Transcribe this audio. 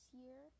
year